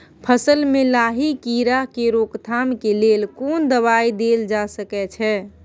फसल में लाही कीरा के रोकथाम के लेल कोन दवाई देल जा सके छै?